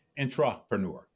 intrapreneur